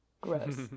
gross